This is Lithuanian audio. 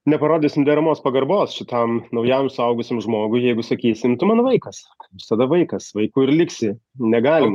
neparodysim deramos pagarbos šitam naujam suaugusiam žmogui jeigu sakysim tu mano vaikas visada vaikas vaiku ir liksi negalima